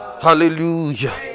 hallelujah